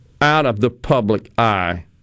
out-of-the-public-eye